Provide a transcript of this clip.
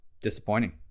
disappointing